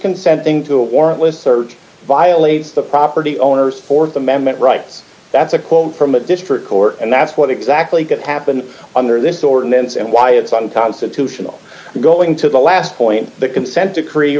consenting to a warrantless search violates the property owners th amendment rights that's a quote from a district court and that's what exactly could happen under this ordinance and why it's unconstitutional i'm going to the last point the consent decree